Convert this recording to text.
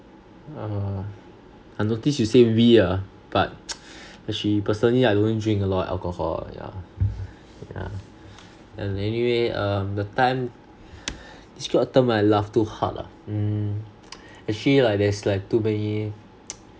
err I noticed you say we ah but actually personally I don't drink a lot of alcohol ah yeah yeah then anyway um the time describe a time when I laugh too hard ah mm actually like there's like too many